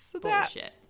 Bullshit